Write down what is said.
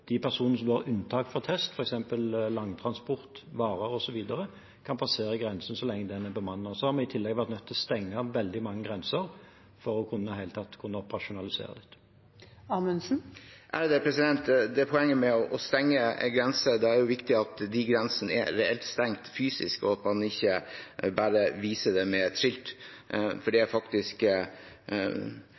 de personene som har unntak fra test, f.eks. langtransport, varer osv., kan passere grensen så lenge den er bemannet. Og så har vi i tillegg vært nødt til å stenge veldig mange grenser for i det hele tatt å kunne operasjonalisere dette. Til poenget med å stenge en grense: Det er viktig at de grensene er reelt stengt fysisk, og at man ikke bare viser det med et skilt, for det er faktisk